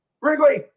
Wrigley